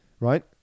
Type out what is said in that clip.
Right